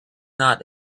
not